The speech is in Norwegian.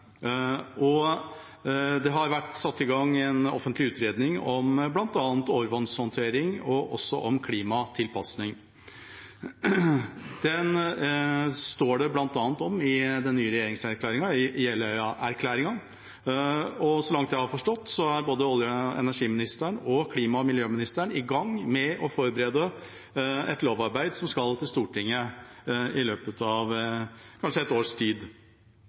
Det har vært satt i gang en offentlig utredning om bl.a. overvannshåndtering og klimatilpasning. Den står det bl.a. om i den nye regjeringserklæringen, Jeløya-erklæringen, og så langt jeg har forstått, er både olje- og energiministeren og klima- og miljøministeren i gang med å forberede et lovarbeid som skal til Stortinget i løpet av et års tid.